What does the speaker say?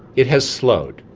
it has slowed,